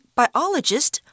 biologist